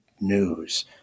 news